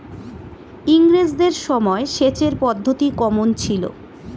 ইঙরেজদের সময় সেচের পদ্ধতি কমন ছিল?